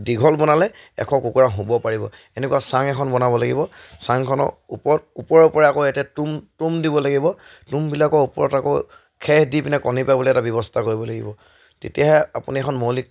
দীঘল বনালে এশ কুকুৰা শুব পাৰিব এনেকুৱা চাং এখন বনাব লাগিব চাংখনক ওপৰত ওপৰৰ পৰা আকৌ এতিয়া টুম টুম দিব লাগিব টুমবিলাকৰ ওপৰত আকৌ খেৰ দি পিনে কণী পাৰিবলৈ এটা ব্যৱস্থা কৰিব লাগিব তেতিয়াহে আপুনি এখন মৌলিক